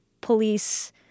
police